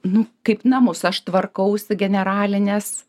nu kaip namus aš tvarkausi generalines